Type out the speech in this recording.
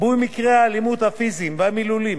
ריבוי מקרי האלימות הפיזית והמילולית